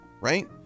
right